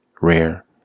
rare